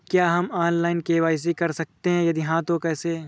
क्या हम online KYC कर सकते हैं यदि हाँ तो कैसे?